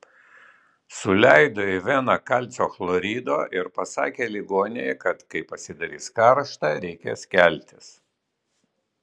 suleido į veną kalcio chlorido ir pasakė ligonei kad kai pasidarys karšta reikės keltis